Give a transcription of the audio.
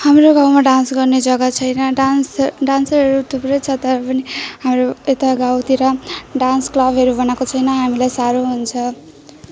हाम्रो गाउँमा डान्स गर्ने जग्गा छैन डान्स डान्सरहरू थुप्रो छ तर पनि हाम्रो यता गाउँतिर डान्स क्लबहरू बनाएको छैन हामीलाई साह्रो हुन्छ